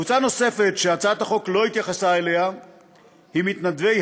קבוצה נוספת שהצעת החוק לא התייחסה אליה היא מתנדבי